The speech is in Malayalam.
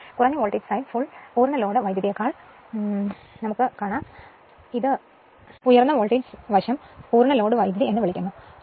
ഈ പ്രശ്നത്തിന് ഉത്തരം കണ്ടെത്തുന്നത് low voltage side full load കറന്റിനേക്കാൾ ഉയർന്ന voltage side full load current കണ്ടെത്തുന്നതിൽ കൂടെ ആണ്